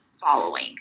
following